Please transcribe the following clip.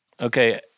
okay